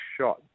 shot